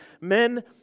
men